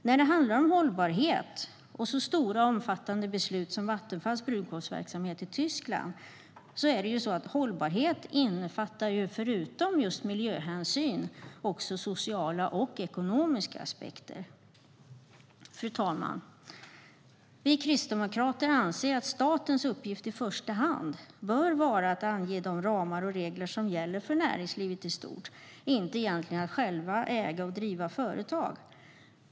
När det handlar om hållbarhet i så omfattande beslut som Vattenfalls brunkolsverksamhet i Tyskland innefattar hållbarhet förutom miljöhänsyn också sociala och ekonomiska aspekter. Fru talman! Vi kristdemokrater anser att statens uppgift i första hand bör vara att ange de ramar och regler som gäller för näringslivet i stort, inte egentligen att själv äga och driva företag.